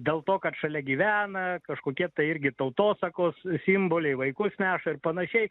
dėl to kad šalia gyvena kažkokie tai irgi tautosakos simboliai vaikus neša ir panašiai